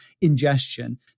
ingestion